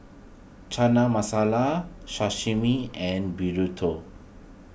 Chana Masala Sashimi and Burrito